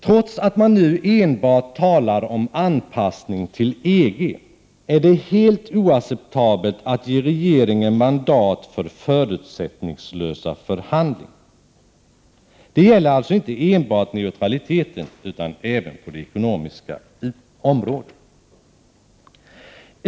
Trots att man nu enbart talar om anpassning till EG, är det helt oacceptabelt att ge regeringen mandat för förutsättningslösa förhandlingar. Det gäller alltså inte enbart neutraliteten utan även det ekonomiska området.